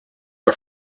are